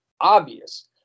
obvious